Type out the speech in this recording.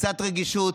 בקצת רגישות,